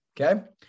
Okay